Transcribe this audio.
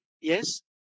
Yes